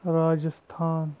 Rajasthan